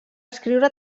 escriure